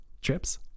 trips